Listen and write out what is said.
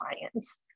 science